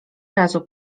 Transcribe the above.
razu